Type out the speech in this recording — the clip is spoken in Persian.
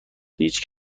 هیچ